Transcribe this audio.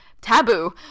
Taboo